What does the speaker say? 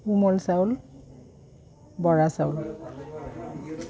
কোমল চাউল বৰা চাউল